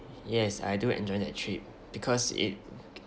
yes I do enjoy that trip because it